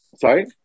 Sorry